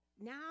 Now